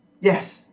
Yes